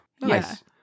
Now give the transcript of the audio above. Nice